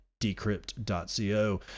Decrypt.co